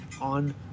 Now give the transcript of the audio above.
on